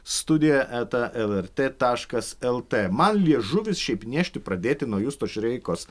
studija eta lrt taškas lt man liežuvis šiaip niežti pradėti nuo justo šireikos